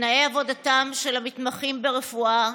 תנאי עבודתם של המתמחים ברפואה